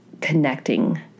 connecting